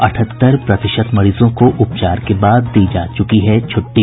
अठहत्तर प्रतिशत मरीजों को उपचार के बाद दी जा चुकी है छुट्टी